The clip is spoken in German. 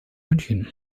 münchen